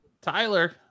Tyler